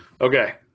Okay